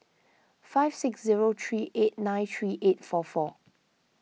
five six zero three eight nine three eight four four